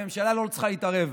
הממשלה לא צריכה להתערב.